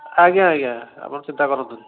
ଆଜ୍ଞା ଆଜ୍ଞା ଆପଣ ଚିନ୍ତା କରନ୍ତୁନି